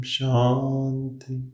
Shanti